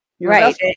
Right